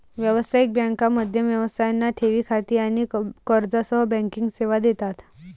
व्यावसायिक बँका मध्यम व्यवसायांना ठेवी खाती आणि कर्जासह बँकिंग सेवा देतात